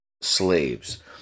slaves